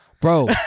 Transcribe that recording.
Bro